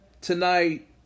tonight